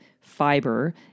fiber